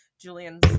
Julian